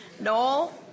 Noel